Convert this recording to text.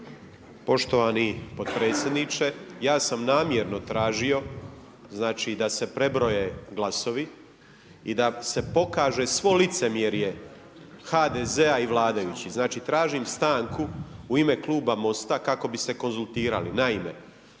Poštovani podpredsjedniče, ja sam namjerno tražio znači da se prebroje glasovi i da se pokaže svo licemjerje HDZ-a i vladajućih, znači tražim stanku u ime Kluba MOST-a kako bi se konzultirali. Naime,